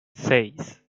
seis